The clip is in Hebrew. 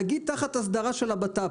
נגיד תחת ההסדרה של הבט"פ,